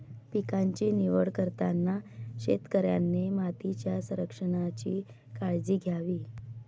पिकांची निवड करताना शेतकऱ्याने मातीच्या संरक्षणाची काळजी घ्यावी